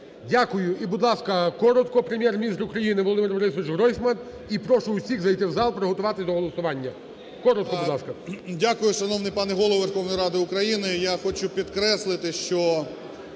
Дякую. І, будь ласка, коротко Прем’єр-міністр України Володимир Борисович Гройсман. І прошу всіх зайти в зал, приготуватись до голосування. Коротко, будь ласка. 18:11:14 ГРОЙСМАН В.Б. Дякую, шановний пане Голово Верховної Ради України. Я хочу підкреслити, що